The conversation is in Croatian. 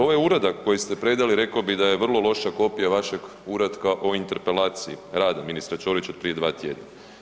Ovaj uradak koji ste predali rekao bih da je vrlo loša kopija vašeg uratka o interpelaciji rada ministra Ćorića od prije 2 tjedna.